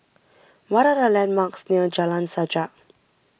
what are the landmarks near Jalan Sajak